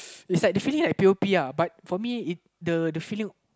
it's like the feeling like P_O_Puhbut for me it the feeling